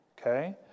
Okay